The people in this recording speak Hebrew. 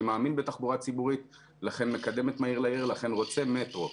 אני מאמין בתחבורה ציבורית ולכן מקדם את מהיר לעיר ולכן רוצה מטרו.